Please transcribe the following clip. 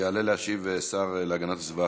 יעלה להשיב השר להגנת הסביבה,